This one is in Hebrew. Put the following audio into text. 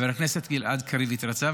חבר הכנסת גלעד קריב התרצה.